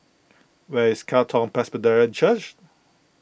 where is Katong Presbyterian Church